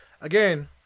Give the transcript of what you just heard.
again